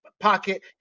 Pocket